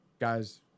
Guys